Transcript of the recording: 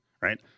right